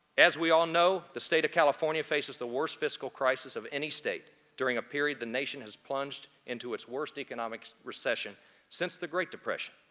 as we all know, the state of california faces the worst fiscal crisis of any state during a period the nation has plunged into its worst economic recession since the great depression.